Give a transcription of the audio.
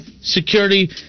security